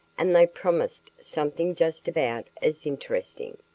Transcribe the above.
and they promised something just about as interesting.